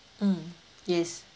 mm yes